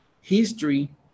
history